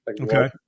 Okay